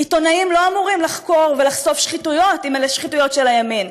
עיתונאים לא אמורים לחקור ולחשוף שחיתויות אם אלה שחיתויות של הימין,